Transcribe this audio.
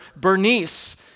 Bernice